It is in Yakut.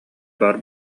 баар